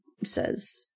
says